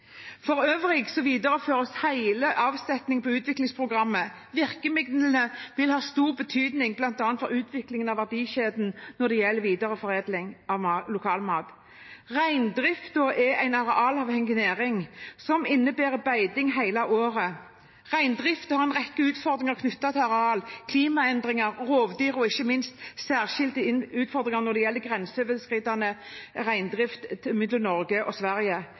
For øvrig videreføres hele avsetningen til Utviklingsprogrammet. Virkemidlene vil ha stor betydning bl.a. for utviklingen av verdikjeden når det gjelder videreforedling og lokalmat. Reindriften er en arealavhengig næring, som innebærer beiting hele året. Reindriften har en rekke utfordringer knyttet til areal, klimaendringer, rovdyr og ikke minst særskilte utfordringer når det gjelder grenseoverskridende reindrift mellom Norge og Sverige.